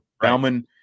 Bauman